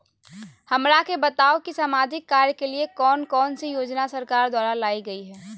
हमरा के बताओ कि सामाजिक कार्य के लिए कौन कौन सी योजना सरकार द्वारा लाई गई है?